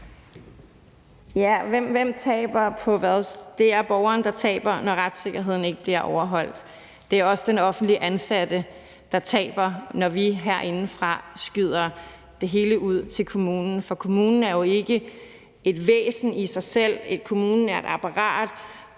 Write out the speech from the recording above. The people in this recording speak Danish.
Ja, hvem taber på hvad? Det er borgeren, der taber, når retssikkerheden ikke er der. Det er også den offentligt ansatte, der taber, når vi herindefra skyder det hele ud til kommunen, for kommunen er jo ikke et væsen i sig selv; kommunen er et apparat.